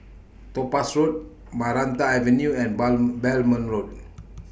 Topaz Road Maranta Avenue and Bang Belmont Road